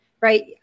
right